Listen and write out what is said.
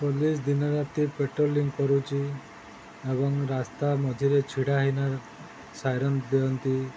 police ଦିନ ରାତି patrolling କରୁଛି ଏବଂ ରାସ୍ତା ମଝିରେ ଛିଡ଼ା ହୋଇ ସାଇରନ୍ ଦିଅନ୍ତି